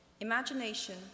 Imagination